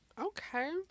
Okay